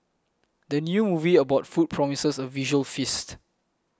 the new movie about food promises a visual feast